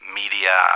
media